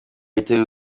yiteguye